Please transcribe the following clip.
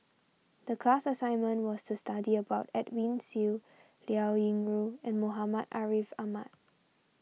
the class assignment was to study about Edwin Siew Liao Yingru and Muhammad Ariff Ahmad